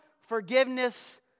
forgiveness